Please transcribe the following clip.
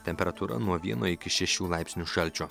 temperatūra nuo vieno iki šešių laipsnių šalčio